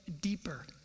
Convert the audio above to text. deeper